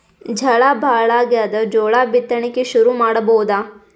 ಝಳಾ ಭಾಳಾಗ್ಯಾದ, ಜೋಳ ಬಿತ್ತಣಿಕಿ ಶುರು ಮಾಡಬೋದ?